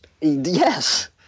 Yes